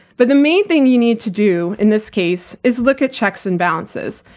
but the main thing you need to do, in this case, is look at checks and balances.